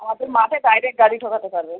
আমাদের মাঠের বাইরে গাড়ি ঢোকাতে পারবেন